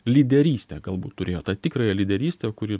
lyderystę galbūt turėjo tą tikrąją lyderystę kuri